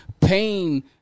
pain